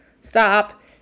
Stop